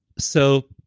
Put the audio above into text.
so